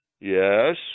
yes